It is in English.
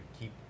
keep